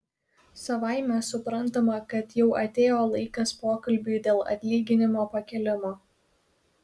savaime suprantama kad jau atėjo laikas pokalbiui dėl atlyginimo pakėlimo